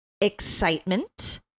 excitement